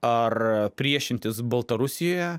ar priešintis baltarusijoe